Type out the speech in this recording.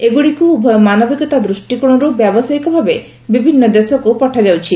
ଏଗୁଡ଼ିକୁ ଉଭୟ ମାନବିକତା ଦୃଷ୍ଟିକୋଣରୁ ବ୍ୟବସାୟିକ ଭାବେ ବିଭିନ୍ନ ଦେଶକୁ ପଠାଯାଉଛି